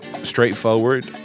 straightforward